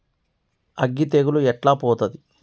అగ్గి తెగులు ఎట్లా పోతది?